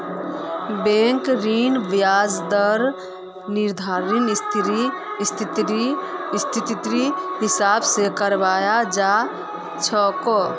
बैंकेर ऋनेर ब्याजेर दरेर निर्धानरेर स्थितिर हिसाब स कराल जा छेक